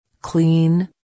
Clean